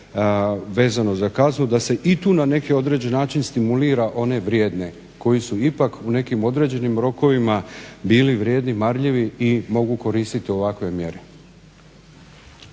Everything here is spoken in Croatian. vezano za kaznu da se i tu na neki određeni način stimulira one vrijedne koji su ipak u nekim određenim rokovima bili vrijedni, marljivi i mogu koristiti ovakve mjere.